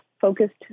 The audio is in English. focused